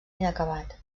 inacabat